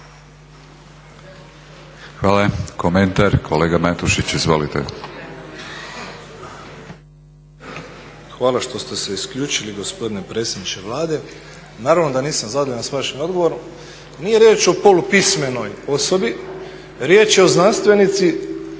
Hvala što ste se isključili gospodine predsjedniče Vlade. Naravno da nisam zadovoljan s vašim odgovorom. Nije riječ o polupismenoj osobi, riječ je o znanstvenici,